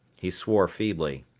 he swore feebly.